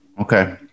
Okay